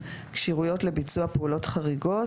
(כשירויות לביצוע פעולות חריגות),